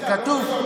רגע,